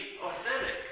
authentic